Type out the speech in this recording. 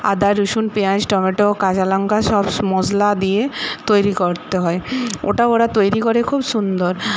আদা রসুন পেয়াঁজ টম্যাটো কাঁচা লঙ্কা সব মশলা দিয়ে তৈরি করতে হয় ওটা ওরা তৈরি করে খুব সুন্দর